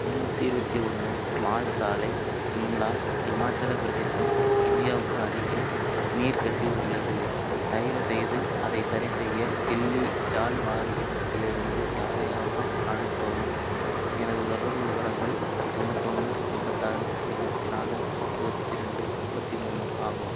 முன்னூற்றி இருபத்தி ஒன்று மால் சாலை சிம்லா இமாச்சலப் பிரதேசம் இந்தியாவுக்கு அருகில் நீர் கசிவு உள்ளது தயவுசெய்து அதை சரிசெய்ய தில்லி ஜால் வாரியம் திலிருந்து யாரையாவது அனுப்பவும் எனது தொடர்பு விவரங்கள் தொண்ணூத்தொன்று எண்பத்தாறு எண்பத்தி நாலு இருபத்தி ரெண்டு முப்பத்தி மூணு ஆகும்